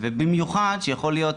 ובמיוחד שיכול להיות